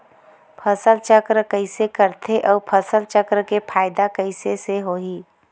फसल चक्र कइसे करथे उ फसल चक्र के फ़ायदा कइसे से होही?